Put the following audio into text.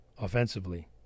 offensively